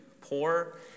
poor